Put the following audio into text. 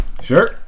Sure